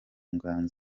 ngo